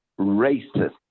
racist